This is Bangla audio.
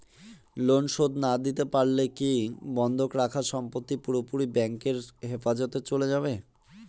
লোন শোধ না দিতে পারলে কি বন্ধক রাখা সম্পত্তি পুরোপুরি ব্যাংকের হেফাজতে চলে যাবে?